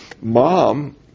mom